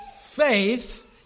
faith